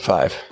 Five